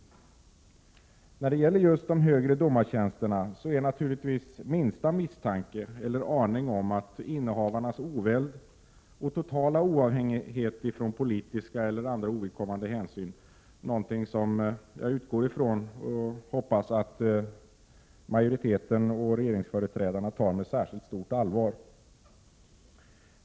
När det gäller just de högre domartjänsterna är naturligtvis minsta misstanke eller aning om att innehavarnas oväld och totala oavhängighet av politiska eller andra ovidkommande hänsyn kan sättas i fråga någonting mycket allvarligt, och det utgår jag ifrån och hoppas att majoriteten och regeringsföreträdarna tar med särskilt stort allvar.